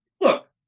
look